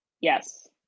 Yes